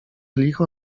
licho